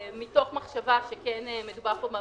מתוך מחשבה שמדובר פה במענקים,